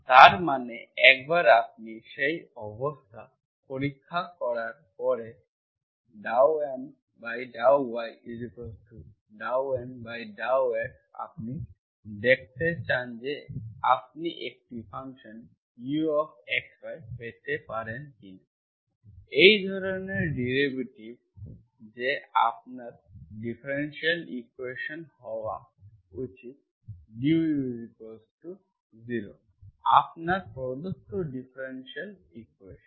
তার মানে একবার আপনি সেই অবস্থা পরীক্ষা করার পরে ∂M∂y∂N∂x আপনি দেখতে চান যে আপনি একটি ফাংশন ux y পেতে পারেন কিনা এই ধরনের ডেরিভেটিভ যে আপনার ডিফারেনশিয়াল ইকুয়েশন হওয়া উচিত du0 আপনার প্রদত্ত ডিফারেনশিয়াল ইকুয়েশন